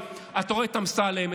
אתה רואה את אמסלם,